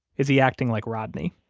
is he acting like rodney?